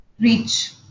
Reach